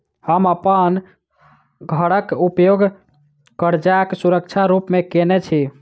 हम अप्पन घरक उपयोग करजाक सुरक्षा रूप मेँ केने छी